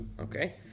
okay